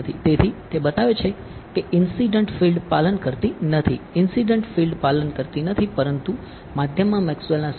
તેથી તે બતાવે છે કે ઇન્સીડંટ કોણ કરે છે